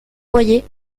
boyer